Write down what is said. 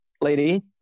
lady